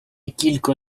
кілько